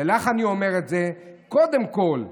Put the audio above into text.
ולך אני אומר, קודם כול,